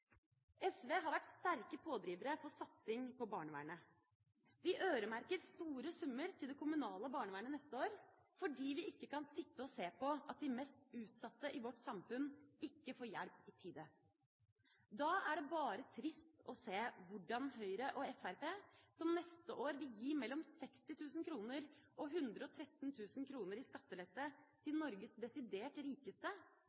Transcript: SV har vært en sterk pådriver for satsing på barnevernet. Vi øremerker store summer til det kommunale barnevernet neste år fordi vi ikke kan sitte og se på at de mest utsatte i vårt samfunn ikke får hjelp i tide. Da er det bare trist å se hvordan Høyre og Fremskrittspartiet, som neste år vil gi mellom 60 000 kr og 113 000 kr i skattelette